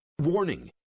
Warning